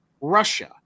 Russia